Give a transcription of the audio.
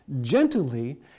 gently